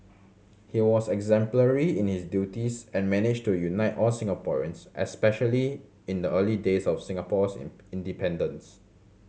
he was exemplary in his duties and managed to unite all Singaporeans especially in the early days of Singapore's independence